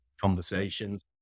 conversations